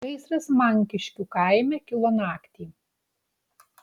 gaisras mankiškių kaime kilo naktį